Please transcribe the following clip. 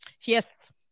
Yes